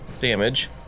damage